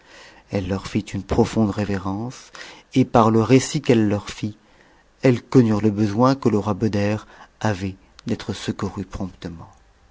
elle leur fil une profonde révérence et par le récit qu'elle leur fit elles connurent le besoin que le roi beder avait d'être secouru promptement